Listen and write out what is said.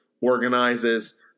organizes